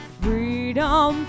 freedom